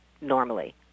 normally